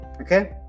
okay